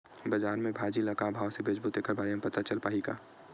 बजार में भाजी ल का भाव से बेचबो तेखर बारे में पता चल पाही का?